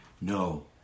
No